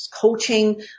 coaching